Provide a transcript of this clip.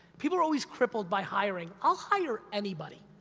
people are always crippled by hiring, i'll hire anybody.